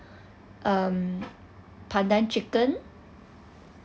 um pandan chicken